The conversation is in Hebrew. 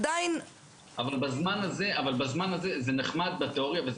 זה נחמד בתיאוריה.